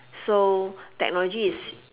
so technology is